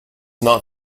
not